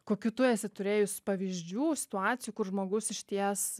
kokių tu esi turėjus pavyzdžių situacijų kur žmogus išties